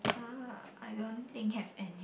uh I don't think have any